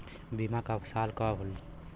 बीमा क साल क होई?